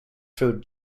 through